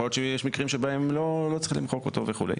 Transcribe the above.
להיות שיש מקרים בהם לא צריך למחוק אותו וכולי